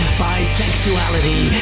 bisexuality